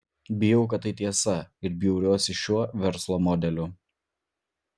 bijau kad tai tiesa ir bjauriuosi šiuo verslo modeliu